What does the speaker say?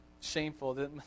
shameful